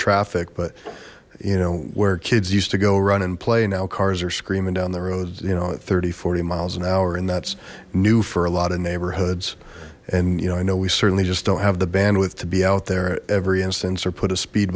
traffic but you know where kids used to go run and play now cars are screaming down the roads you know at three thousand and forty miles an hour and that's new for a lot of neighborhoods and you know i know we certainly just don't have the bandwidth to be out there every instance or put a speed